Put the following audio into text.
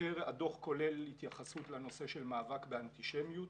הדוח כולל התייחסות לנושא של מאבק באנטישמיות.